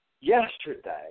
yesterday